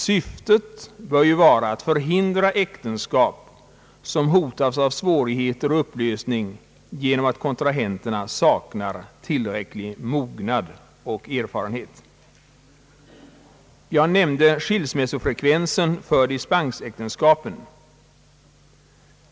Syftet bör ju vara att förhindra äktenskap som hotas av svårigheter och upplösning genom att kontrahenterna saknar tillräcklig mognad och erfarenhet. Jag nämnde skilsmässofrekvensen för dispensäktenskapen.